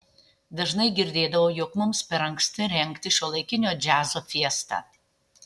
dažnai girdėdavau jog mums per anksti rengti šiuolaikinio džiazo fiestą